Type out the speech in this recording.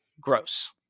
gross